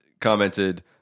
commented